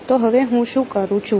તો હવે હું શું કરું છું